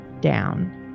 down